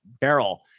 barrel